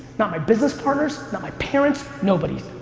not my business partners, not my parents, nobody.